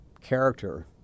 character